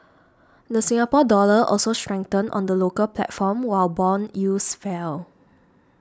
the Singapore Dollar also strengthened on the local platform while bond fell